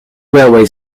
railway